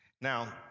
Now